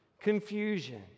confusion